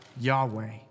Yahweh